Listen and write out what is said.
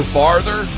farther